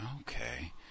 okay